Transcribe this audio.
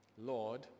Lord